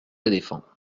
éléphants